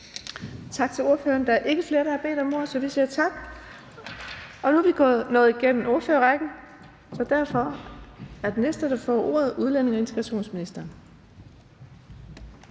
Tak til ordføreren. Der er ikke flere, der har bedt om ordet, så vi siger tak. Nu er vi nået igennem ordførerrækken, og derfor er den næste, der får ordet, udlændinge- og integrationsministeren.